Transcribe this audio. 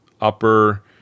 upper